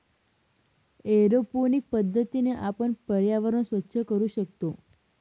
aeroponic पद्धतीने आपण पर्यावरण स्वच्छ करू शकतो